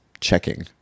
checking